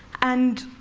and